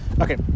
Okay